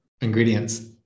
ingredients